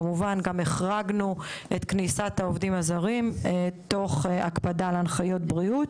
כמובן גם החרגנו את כניסת העובדים הזרים תוך הקפדה על הנחיות בריאות.